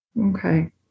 Okay